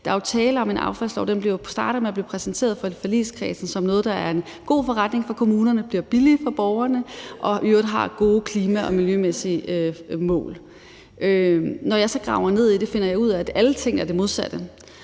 Der er jo tale om en affaldslov, og den startede med at blive præsenteret for forligskredsen som noget, der er en god forretning for kommunerne, som bliver billigere for borgerne og i øvrigt har gode klima- og miljømæssige mål. Når jeg så graver ned i det, finder jeg ud af, at alle ting er det modsatte,